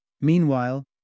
Meanwhile